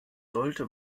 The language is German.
sollte